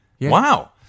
Wow